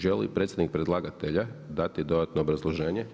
Želi li predstavnik predlagatelja dati dodatno obrazloženje?